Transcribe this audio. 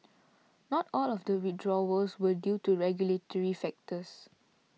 not all of the withdrawals were due to regulatory factors